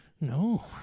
No